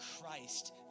Christ